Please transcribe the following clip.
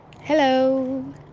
Hello